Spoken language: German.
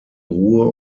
ruhe